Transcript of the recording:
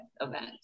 event